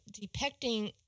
depicting